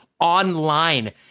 online